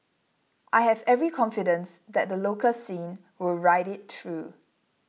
I have every confidence that the local scene will ride it through